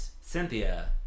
Cynthia